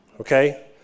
okay